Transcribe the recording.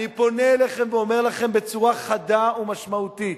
אני פונה אליכם ואומר לכם בצורה חדה ומשמעותית: